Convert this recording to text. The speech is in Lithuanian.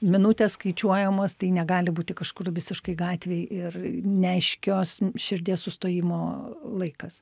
minutės skaičiuojamos tai negali būti kažkur visiškai gatvėj ir neaiškios širdies sustojimo laikas